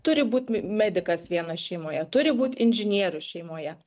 turi būt medikas vienas šeimoje turi būt inžinierius šeimoje